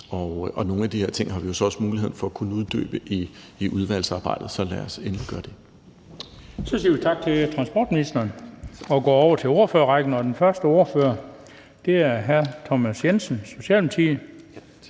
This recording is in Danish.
Nogle af de her ting har vi jo så også en mulighed for at kunne uddybe i udvalgsarbejdet. Så lad os endelig gøre det. Kl. 18:36 Den fg. formand (Bent Bøgsted): Så siger vi tak til transportministeren og går over til ordførerrækken, og den første ordfører er hr. Thomas Jensen, Socialdemokratiet,